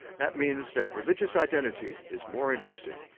that means that religious identity is more interesting.